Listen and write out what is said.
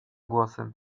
głosem